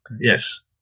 Yes